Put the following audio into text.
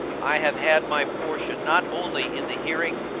i have had my portion not only in the hearing,